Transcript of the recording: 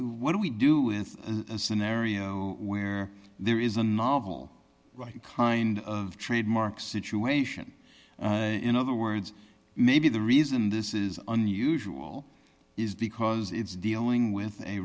what do we do with a scenario where there is a novel writing kind of trademark situation in other words maybe the reason this is unusual is because it's dealing with a